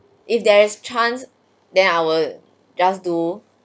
if there's chance then I will just do